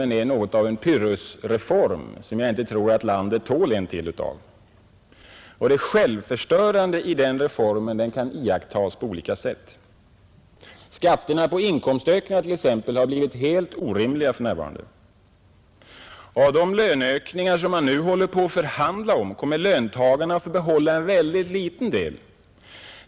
Men det var i så fall en Pyrrhus-reform, som landet inte tål en till av. Det självförstörande i reformen kan iakttagas på olika sätt. Skatterna på inkomstökningar har t.ex. blivit helt orimliga för närvarande. Av de löneökningar, som man nu håller på att förhandla om, kommer löntagarna att få behålla en mycket liten del.